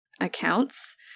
Accounts